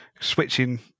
switching